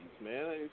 man